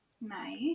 Nice